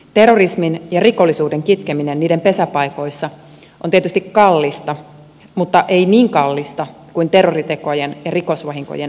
terrorismin ja rikollisuuden kitkeminen niiden pesäpaikoissa on tietysti kallista mutta ei niin kallista kuin terroritekojen ja rikosvahinkojen paikkaaminen